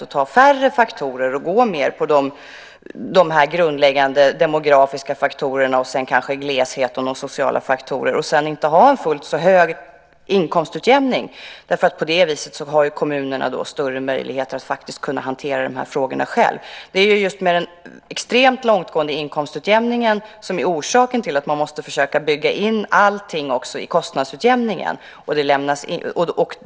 Man bör ta färre faktorer och gå mer på de grundläggande demografiska faktorerna och kanske glesheten och de sociala faktorerna, och kanske inte ha en fullt så hög inkomstutjämning. På det viset har kommunerna större möjligheter att hantera de här frågorna själva. Det är den extremt långtgående inkomstutjämningen som är orsaken till att man måste försöka bygga in allting i kostnadsutjämningen.